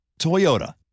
Toyota